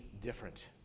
different